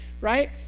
right